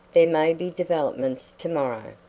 there may be developments to-morrow.